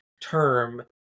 term